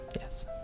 Yes